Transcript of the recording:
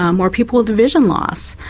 um more people with vision loss.